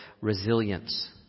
resilience